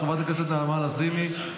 חברת הכנסת נעמה לזימי,